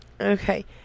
okay